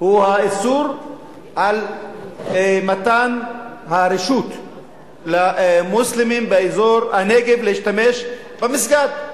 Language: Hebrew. הוא האיסור על מתן רשות למוסלמים באזור הנגב להשתמש במסגד.